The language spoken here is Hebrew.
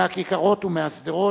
מהכיכרות ומהשדרות,